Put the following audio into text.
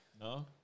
No